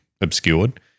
obscured